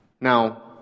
Now